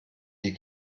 die